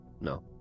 No